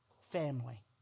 family